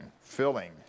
filling